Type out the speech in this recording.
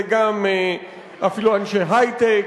זה גם אפילו אנשי היי-טק,